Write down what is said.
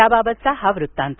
त्याबाबतचा हा वृत्तांत